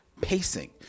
pacing